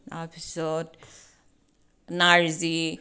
তাপিছত নাৰ্জী